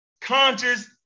conscious